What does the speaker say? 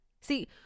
See